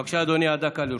בבקשה, אדוני, עד דקה לרשותך.